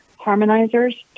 Harmonizers